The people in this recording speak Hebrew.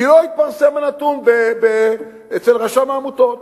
כי לא התפרסם הנתון אצל רשם העמותות.